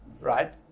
right